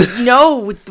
no